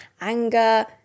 anger